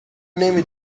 نمی